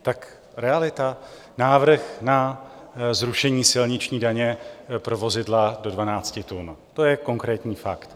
Tak realita: návrh na zrušení silniční daně pro vozidla do 12 tun, to je konkrétní fakt.